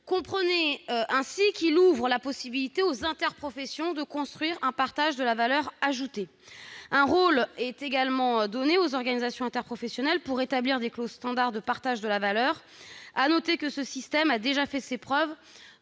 Comprenez ainsi qu'il ouvre la possibilité aux interprofessions de construire un partage de la valeur ajoutée. Un rôle est également donné aux organisations interprofessionnelles pour établir des clauses standard de partage de la valeur ajoutée. À noter que ce régime a déjà fait ses preuves